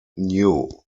new